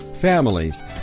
families